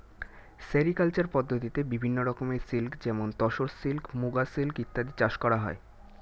sericulture পদ্ধতিতে বিভিন্ন রকমের সিল্ক যেমন তসর সিল্ক, মুগা সিল্ক ইত্যাদি চাষ করা হয়